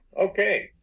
okay